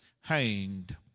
hanged